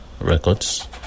records